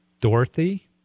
Dorothy